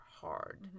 hard